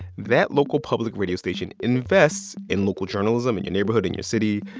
that local public radio station invests in local journalism, in your neighborhood, in your city.